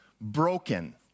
broken